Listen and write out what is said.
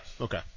Okay